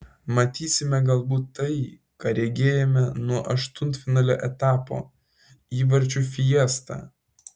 matysime galbūt tai ką regėjome nuo aštuntfinalio etapo įvarčių fiestą